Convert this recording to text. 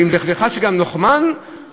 ואם זה אחד שהוא גם לוחמן באופוזיציה,